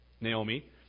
Naomi